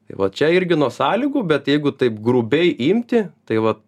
tai va čia irgi nuo sąlygų bet jeigu taip grubiai imti tai va